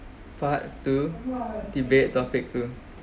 part two debate topic two